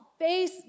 face